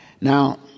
Now